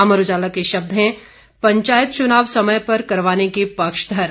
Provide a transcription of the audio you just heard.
अमर उजाला के शब्द हैं पंचायत चुनाव समय पर करवाने के पक्षधर